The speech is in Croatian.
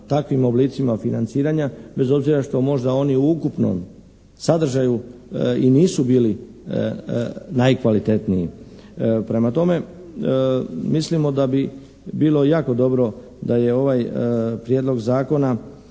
takvim oblicima financiranja bez obzira što možda oni u ukupnom sadržaju i nisu bili najkvalitetniji. Prema tome, mislimo da bi bilo jako dobro da je ovaj prijedlog zakona